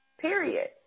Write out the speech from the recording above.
period